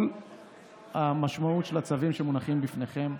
כל המשמעות של הצווים שמונחים בפניכם,